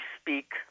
speak